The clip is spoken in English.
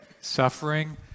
Suffering